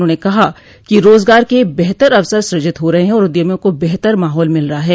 उन्होंने कहा कि रोजगार के बेहतर अवसर सृजित हो रहे हैं और उद्यमियों को बेहतर माहौल मिल रहा है